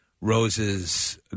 rose's